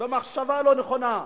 במחשבה לא נכונה.